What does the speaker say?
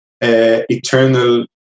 eternal